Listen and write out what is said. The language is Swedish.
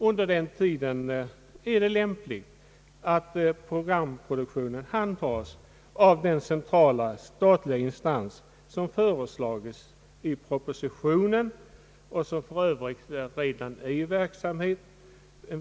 Under den tiden är det lämpligt att programproduktionen handhas av den centrala statliga instans, som föreslagits i propositionen och som för Övrigt redan är i verksamhet.